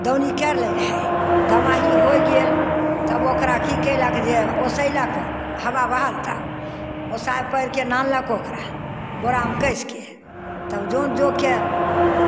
दौनी करि लैत रहय दमाही होय गेल तब ओकरा की कयलक जे ओसयलक हवा बहल तऽ ओसाय पारि कऽ नानलक ओकरा बोरामे कसि कऽ तब जन जोगके